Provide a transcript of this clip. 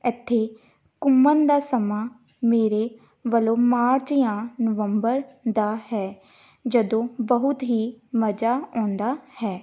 ਇੱਥੇ ਘੁੰਮਣ ਦਾ ਸਮਾਂ ਮੇਰੇ ਵੱਲੋਂ ਮਾਰਚ ਜਾਂ ਨਵੰਬਰ ਦਾ ਹੈ ਜਦੋਂ ਬਹੁਤ ਹੀ ਮਜ਼ਾ ਆਉਂਦਾ ਹੈ